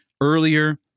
earlier